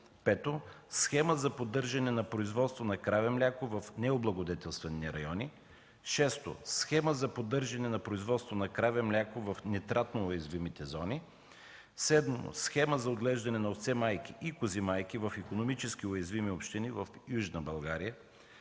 5. схема за поддържане на производство на краве мляко в необлагодетелствани райони; 6. схема за поддържане на производство на краве мляко в нитратно уязвимите зони; 7. схема за отглеждане на овце-майки и кози-майки в икономически уязвими общини в Южна България;